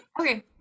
okay